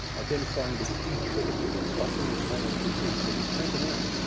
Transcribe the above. identifying the key trigger foods. often, there's one or two key triggers. take them out.